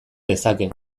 dezake